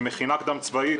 עם מכינה קדם צבאית,